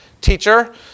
teacher